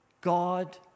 God